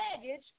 baggage